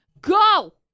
go